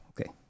Okay